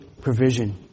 provision